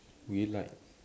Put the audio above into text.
really like